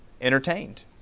entertained